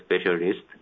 specialists